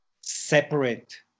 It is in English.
separate